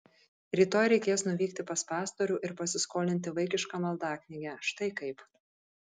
rytoj reikės nuvykti pas pastorių ir pasiskolinti vaikišką maldaknygę štai kaip